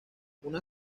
una